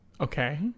okay